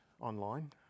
online